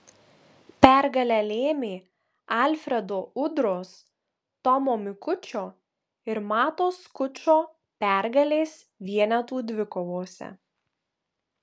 pergalę lėmė alfredo udros tomo mikučio ir mato skučo pergalės vienetų dvikovose